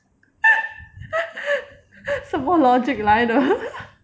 什么 logic 来的